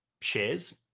shares